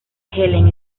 helen